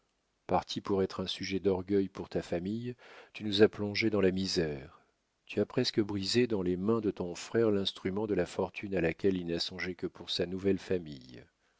parti pour être un sujet d'orgueil pour ta famille tu nous as plongés dans la misère tu as presque brisé dans les mains de ton frère l'instrument de la fortune à laquelle il n'a songé que pour sa nouvelle famille